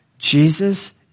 Jesus